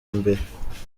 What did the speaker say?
mbere